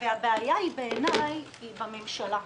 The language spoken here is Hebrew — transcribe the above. בעיניי הבעיה היא בממשלה.